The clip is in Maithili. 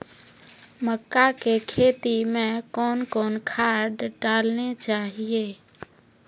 मक्का के खेती मे कौन कौन खाद डालने चाहिए?